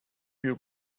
you